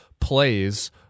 plays